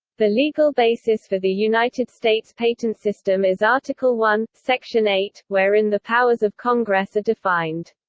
the legal basis for the united states patent system is article one, section eight, wherein the powers of congress are defined.